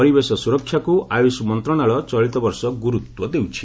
ପରିବେଶ ସ୍କରକ୍ଷାକୁ ଆୟୁଷ୍ ମନ୍ତଶାଳୟ ଚଳିତବର୍ଷ ଗୁରୁତ୍ୱ ଦେଉଛି